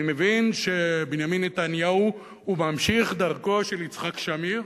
אני מבין שבנימין נתניהו הוא ממשיך דרכו של יצחק שמיר.